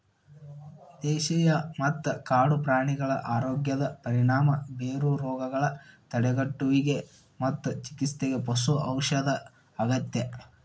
ದೇಶೇಯ ಮತ್ತ ಕಾಡು ಪ್ರಾಣಿಗಳ ಆರೋಗ್ಯದ ಪರಿಣಾಮ ಬೇರುವ ರೋಗಗಳ ತಡೆಗಟ್ಟುವಿಗೆ ಮತ್ತು ಚಿಕಿತ್ಸೆಗೆ ಪಶು ಔಷಧ ಅಗತ್ಯ